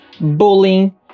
Bullying